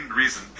reason